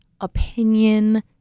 opinion